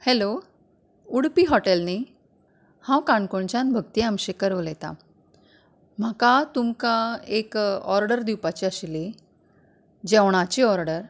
hello Udupi hotel न्ही हांव काणकोणच्यान भक्ती आमशेकर उलयतां म्हाका तुमकां एक ऑर्डर दिवपाची आशिल्ली जेवणाची ऑर्डर